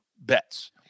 bets